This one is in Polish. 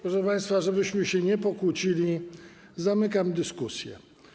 Proszę państwa, żebyśmy się nie pokłócili, zamykam dyskusję.